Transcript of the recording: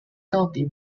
county